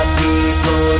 people